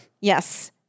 Yes